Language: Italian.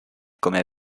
come